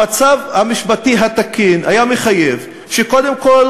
המצב המשפטי התקין היה מחייב שקודם כול